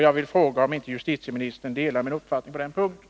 Jag vill fråga om inte justitieministern delar min uppfattning på den punkten.